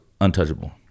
untouchable